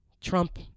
Trump